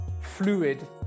fluid